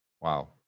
Wow